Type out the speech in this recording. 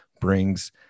brings